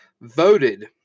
voted